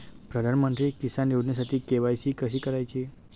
प्रधानमंत्री किसान योजनेसाठी इ के.वाय.सी कशी करायची?